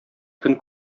көн